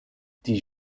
die